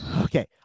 Okay